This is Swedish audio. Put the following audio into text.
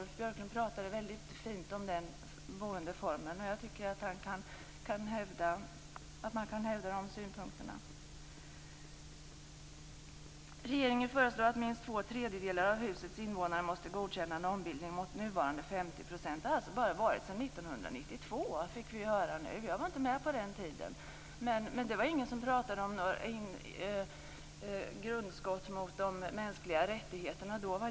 Ulf Björklund pratade fint om den här boendeformen, och jag tycker att man kan hävda de synpunkterna. Regeringen föreslår att minst två tredjedelar av husets invånare måste godkänna en ombildning, jämfört med nuvarande 50 %. Vi fick nu höra att det bara har varit så sedan 1992. Jag var inte med på den tiden, men såvitt jag vet var det ingen som pratade om något grundskott mot de mänskliga rättigheterna då.